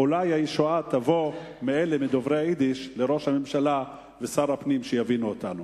אולי הישועה תבוא מדוברי היידיש וראש הממשלה ושר הפנים יבינו אותנו.